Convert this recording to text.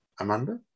Amanda